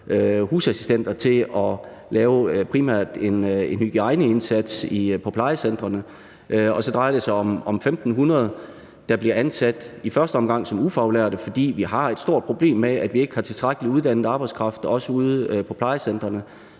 husassistenter til at lave primært en hygiejneindsats på plejecentrene, og så drejer det sig om 1.500, der bliver ansat i første omgang som ufaglærte, fordi vi har et stort problem med, at vi ikke har tilstrækkelig uddannet arbejdskraft ude på plejecentrene.